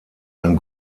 ein